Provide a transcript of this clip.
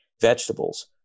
vegetables